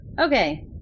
Okay